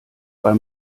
beim